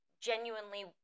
genuinely